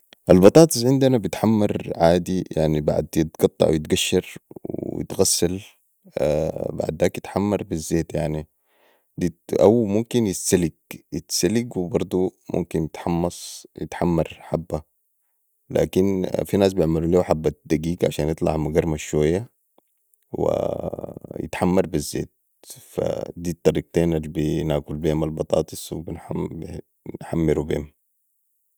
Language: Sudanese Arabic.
البطاطس عندنا بتحمر عندنا عادي يعني بعد يتقطع ويتقشر ويتغسل بعداك يتحمر بي الزيت يعني او ممكن يتسلق وبرضو ممكن يتحمص ويتحمر حبه لكن في ناس بعملو ليهو حبه دقيق عشان يطلع مقرمش شويه ويتحمر بي الزيت ف دي الطرقتين البناكل بيهم البطاطس ونحمرو بيهم